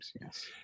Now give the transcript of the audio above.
Yes